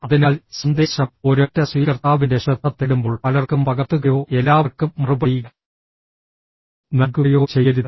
അതിനാൽ സന്ദേശം ഒരൊറ്റ സ്വീകർത്താവിന്റെ ശ്രദ്ധ തേടുമ്പോൾ പലർക്കും പകർത്തുകയോ എല്ലാവർക്കും മറുപടി നൽകുകയോ ചെയ്യരുത്